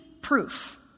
proof